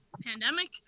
pandemic